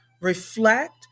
reflect